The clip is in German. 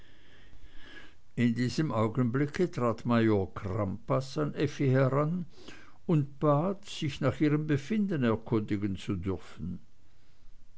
in diesem augenblick trat major crampas an effi heran und bat sich nach ihrem befinden erkundigen zu dürfen